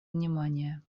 внимание